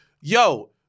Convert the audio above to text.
yo